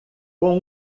com